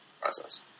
Process